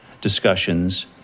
discussions